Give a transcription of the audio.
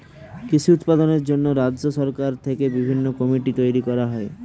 কৃষি উৎপাদনের জন্য রাজ্য সরকার থেকে বিভিন্ন কমিটি তৈরি করা হয়